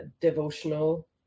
devotional